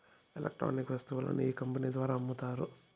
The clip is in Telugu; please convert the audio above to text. ఎలక్ట్రానిక్ వస్తువులను ఈ కంపెనీ ద్వారా అమ్ముతారు